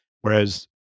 whereas